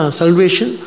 salvation